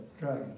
right